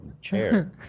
chair